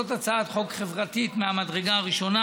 זאת הצעת חוק חברתית מהמדרגה הראשונה.